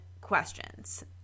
questions